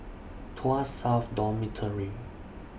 Tuas South Dormitory